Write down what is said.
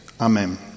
Amen